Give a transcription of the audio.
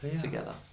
together